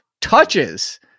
touches